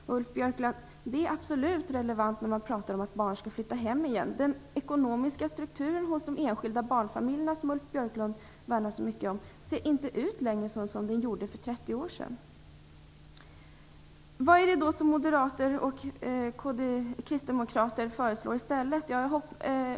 Det är absolut relevant när man talar om att barn skall flytta hem igen, Ulf Björklund. Den ekonomiska strukturen hos de enskilda barnfamiljerna, som Ulf Björklund värnar så mycket om, ser inte längre ut som den gjorde för 30 år sedan. Vad är det som Moderaterna och Kristdemokraterna föreslår i stället?